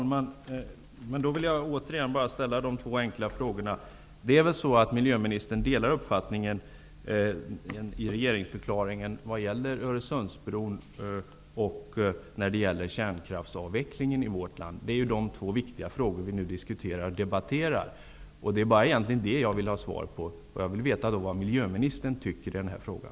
Fru talman! Då vill jag bara återigen ställa två enkla frågor. Det är väl så ett miljöministern delar uppfattningen i regeringsförklaringen vad gäller Öresundsbron och kärnkraftsavvecklingen i vårt land? Det är ju de två viktiga frågor vi nu diskuterar och debatterar. Det är egentligen bara det jag vill ha svar på. Jag vill veta vad miljöministern tycker i den här frågan.